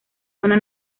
zona